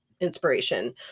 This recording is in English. inspiration